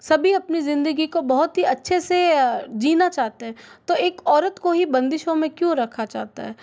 सभी अपनी ज़िंदगी को बहुत ही अच्छे से जीना चाहते हैं तो एक औरत को ही बंदिशो में क्यों रखा जाता है